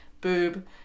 boob